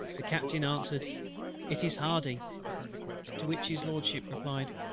the captain answered it is hardy to which his lordship replied,